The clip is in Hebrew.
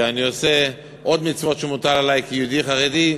ואני עושה עוד מצוות שמוטלות עלי כיהודי חרדי,